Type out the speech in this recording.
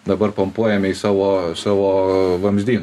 dabar pompuojame į savo savo vamzdy